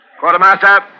Quartermaster